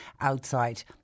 outside